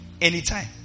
anytime